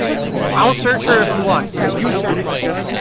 i'll search her if you want, but you search marcus.